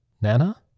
Nana